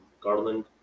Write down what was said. garland